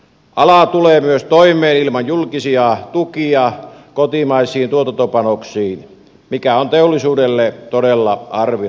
ala tulee myös toimeen ilman julkisia tukia kotimaisiin tuotantopanoksiin mikä on teollisuudelle todella harvinaista